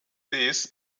sees